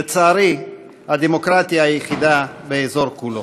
לצערי, הדמוקרטיה היחידה באזור כולו.